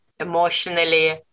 Emotionally